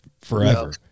forever